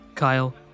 Kyle